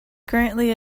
currently